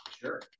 sure